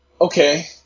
okay